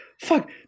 fuck